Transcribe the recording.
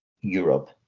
Europe